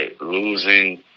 losing